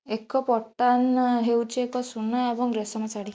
ଏକ ପଟ୍ଟାନ ହେଉଛି ଏକ ସୁନା ଏବଂ ରେଶମ ଶାଢ଼ୀ